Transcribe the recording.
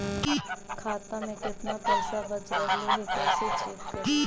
खाता में केतना पैसा बच रहले हे कैसे चेक करी?